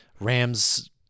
Rams